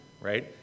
right